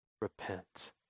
repent